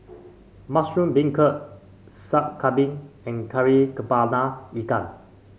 Mushroom Beancurd Sup Kambing and Kari kepala Ikan